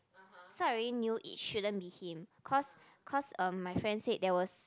so I already knew it shouldn't be him cause cause um my friend said there was